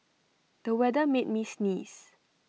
the weather made me sneeze